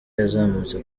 yazamutse